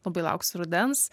labai lauksiu rudens